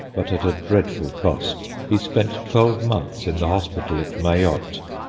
but at a dreadful cost. he spent twelve months in the hospital at mayotte,